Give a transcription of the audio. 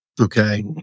Okay